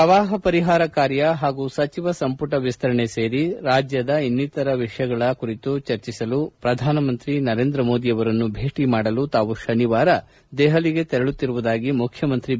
ಪ್ರವಾಹ ಪರಿಹಾರ ಕಾರ್ಯ ಹಾಗೂ ಸಚಿವ ಸಂಪುಟ ವಿಸ್ತರಣೆ ಸೇರಿ ರಾಜ್ಯದ ಇನ್ನಿತರ ವಿಷಯಗಳ ಕುರಿತು ಚರ್ಚಿಸಲು ಪ್ರಧಾನಮಂತ್ರಿ ನರೇಂದ್ರ ಮೋದಿ ಅವರನ್ನು ಭೇಟಿ ಮಾಡಲು ತಾವು ಶನಿವಾರ ದೆಹಲಿಗೆ ತೆರಳುತ್ತಿರುವುದಾಗಿ ಮುಖ್ಯಮಂತ್ರಿ ಬಿ